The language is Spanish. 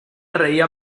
reía